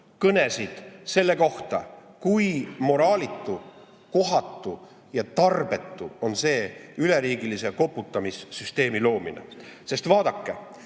kõnesid selle kohta, kui moraalitu, kohatu ja tarbetu on see üleriigilise koputamissüsteemi loomine. Sest vaadake,